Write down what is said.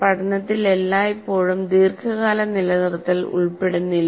പഠനത്തിൽ എല്ലായ്പ്പോഴും ദീർഘകാല നിലനിർത്തൽ ഉൾപ്പെടുന്നില്ല